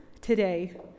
today